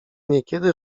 niekiedy